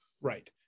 Right